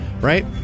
Right